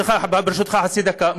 סליחה, ברשותך, חצי דקה.